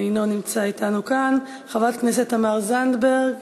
אינו נמצא אתנו כאן, חברת הכנסת תמר זנדברג,